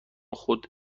خود